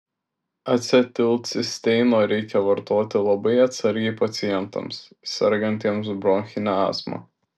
acetilcisteino reikia vartoti labai atsargiai pacientams sergantiems bronchine astma